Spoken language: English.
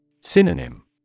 Synonym